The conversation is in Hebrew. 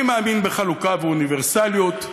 אני מאמין בחלוקה ובאוניברסליות,